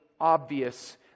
obvious